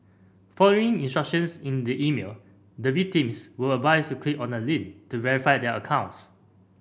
following instructions in the email the victims were advised to click on a link to verify their accounts